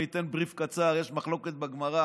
אני אתן brief קצר: יש מחלוקת בגמרא,